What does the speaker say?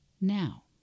now